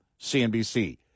CNBC